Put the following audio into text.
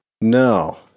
No